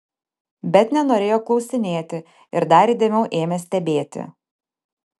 bet nenorėjo klausinėti ir dar įdėmiau ėmė stebėti